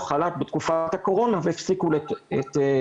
את כל